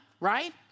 right